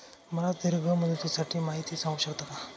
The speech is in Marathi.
मला दीर्घ मुदतीसाठी माहिती सांगू शकता का?